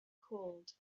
cooled